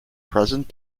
present